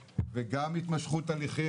קורה: רק מסיבה אחת העוצמה בלבלה שם את העניינים.